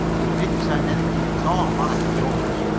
but it didn't sound anything at all like yours.